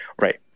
Right